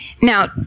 Now